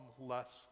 less